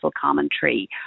commentary